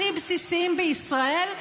הכי בסיסיים בישראל,